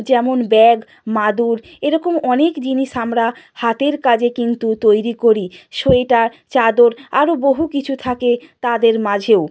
যেমন ব্যাগ মাদুর এরকম অনেক জিনিস আমরা হাতের কাজে কিন্তু তৈরি করি সোয়েটার চাদর আরও বহু কিছু থাকে তাদের মাঝেও